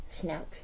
snout